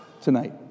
tonight